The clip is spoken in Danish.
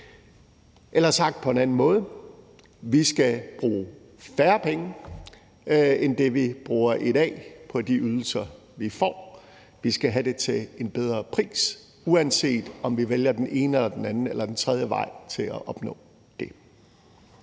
Eller sagt på en anden måde: Vi skal bruge færre penge end det, vi bruger i dag, på de ydelser, vi får. Vi skal have det til en bedre pris, uanset om vi vælger den ene eller den anden eller den tredje vej til at opnå det.